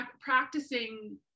practicing